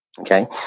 Okay